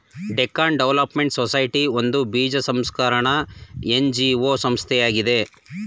Deccan development society ಒಂದು ಬೀಜ ಸಂಸ್ಕರಣ ಎನ್.ಜಿ.ಒ ಸಂಸ್ಥೆಯಾಗಿದೆ